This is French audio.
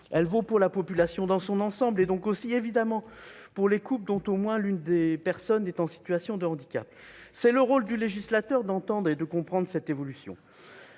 Elle vaut pour la population dans son ensemble et donc aussi, évidemment, pour les couples dont au moins l'une des personnes est en situation de handicap. C'est le rôle du législateur d'entendre et de comprendre cette évolution.